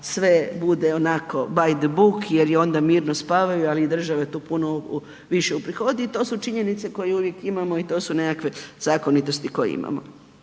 sve bude ako by the book jer i onda mirno spavaju, ali država tu puno više uprihodi i to su činjenice koje uvijek imamo i to su neke zakonitosti koje imamo.